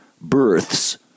births